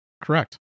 Correct